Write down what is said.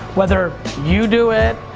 whether you do it,